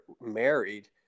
married